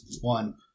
One